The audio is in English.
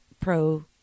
Pro